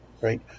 right